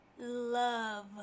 love